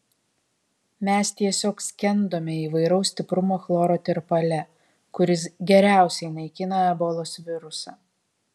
mes tiesiog skendome įvairaus stiprumo chloro tirpale kuris geriausiai naikina ebolos virusą